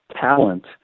talent